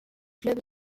club